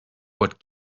what